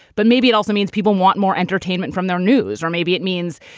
but maybe it also means people want more entertainment from their news. or maybe it means,